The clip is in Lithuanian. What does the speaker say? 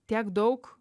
tiek daug